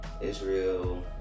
Israel